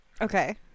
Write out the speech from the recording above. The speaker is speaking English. Okay